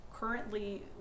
Currently